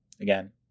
again